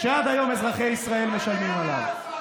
שעד היום אזרחי ישראל משלמים עליו.